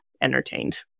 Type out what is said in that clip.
entertained